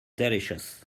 delicious